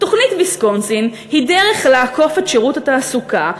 תוכנית ויסקונסין היא דרך לעקוף את שירות התעסוקה,